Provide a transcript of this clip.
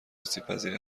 آسیبپذیر